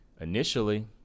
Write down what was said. Initially